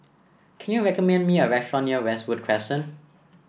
can you recommend me a restaurant near Westwood Crescent